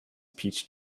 peach